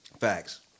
Facts